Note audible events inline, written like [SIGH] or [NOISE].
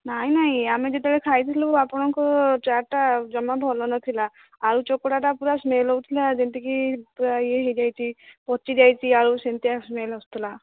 ନାହିଁ ନାହିଁ ଆମେ ଯେତେବେଳେ ଖାଇଥିଲୁ ଆପଣଙ୍କ ଚାଟ୍ଟା ଜମା ଭଲ ନଥିଲା ଆଳୁ ଚକଟାଟା ପୁରା ସ୍ମେଲ୍ ହେଉଥିଲା ଯେମିତିକି [UNINTELLIGIBLE] ଇଏ ହେଇଯାଇଛି ପଚିଯାଇଛି ଆଳୁ ସେମିତିଆ ସ୍ମେଲ୍ ଆସୁଥିଲା